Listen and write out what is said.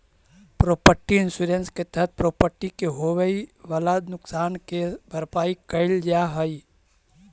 property insurance के तहत property के होवेऽ वाला नुकसान के भरपाई कैल जा हई